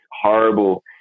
horrible